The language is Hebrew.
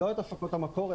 לא את הפקות המקור,